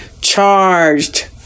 charged